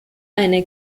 eine